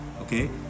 Okay